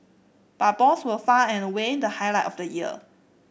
but balls were far and away the highlight of the year